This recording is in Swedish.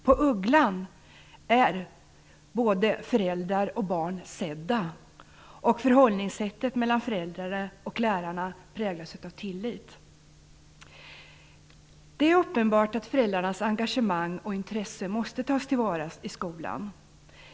På Ugglan är både föräldrar och barn sedda, och förhållningssättet mellan föräldrar och lärare präglas av tillit. Det är uppenbart att föräldrarnas engagemang och intresse måste tas till vara i skolan.